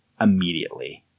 immediately